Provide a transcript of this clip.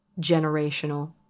generational